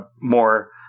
more